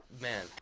Man